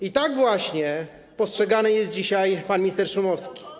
I tak właśnie postrzegany jest dzisiaj pan minister Szumowski.